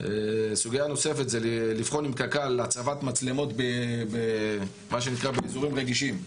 סוגייה נוספת זה לבחון עם קק"ל הצבת מצלמות באזורים רגישים.